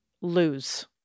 lose